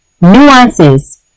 nuances